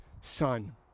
son